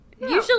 Usually